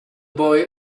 boy